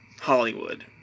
Hollywood